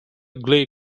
glee